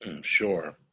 Sure